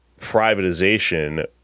privatization